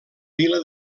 vila